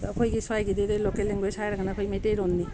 ꯑꯗ ꯑꯩꯈꯣꯏꯒꯤ ꯁ꯭ꯋꯥꯏꯒꯤꯗꯤ ꯂꯣꯀꯦꯜ ꯂꯦꯡꯒꯣꯏꯁ ꯍꯥꯏꯔꯒꯅ ꯑꯩꯈꯣꯏ ꯃꯩꯇꯩꯜꯣꯟꯅꯤ